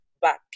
back